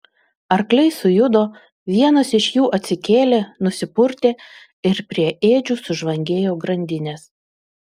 arkliai sujudo vienas iš jų atsikėlė nusipurtė ir prie ėdžių sužvangėjo grandinės